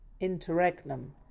interregnum